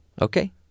Okay